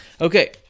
Okay